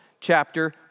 chapter